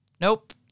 Nope